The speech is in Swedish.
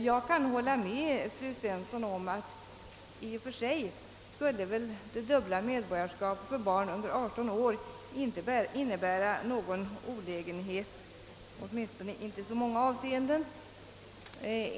Jag kan hålla med fru Svensson om att det dubbla medborgarskapet för barn under 18 år i och för sig inte skulle behöva innebära några olägenheter, åtminstone inte i så många avseenden.